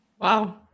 Wow